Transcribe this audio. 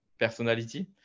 personality